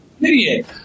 Idiot